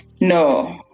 no